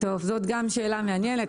זאת גם שאלה מעניינת.